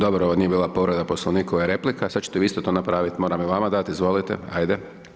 Dobro, ovo nije bila povreda Poslovnika, ovo je replika, sad ćete vi isto to napravit, moram i vama dat, izvolite, ajde.